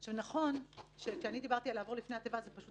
זה נכון שכשאני דיברתי על לעבור לפני התיבה אז זה היה פשוט